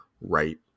right